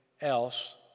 else